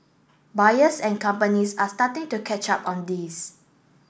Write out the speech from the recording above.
buyers and companies are starting to catch up on this